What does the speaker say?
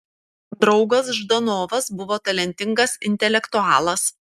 draugas ždanovas buvo talentingas intelektualas